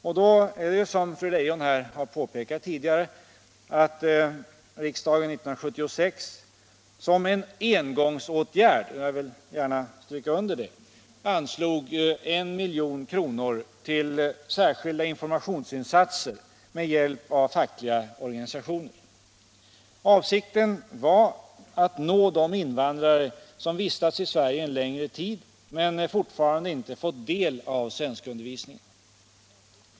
Det var därför, som fru Leijon påpekat tidigare, riksdagen 1976 som en engångsåtgärd — jag vill gärna understryka det — anslog 1 milj.kr. till särskilda informationsinsatser med hjälp av fackliga organisationer. Avsikten var att nå de invandrare som vistats i Sverige en längre tid men fortfarande inte fått del av svenskundervisningen.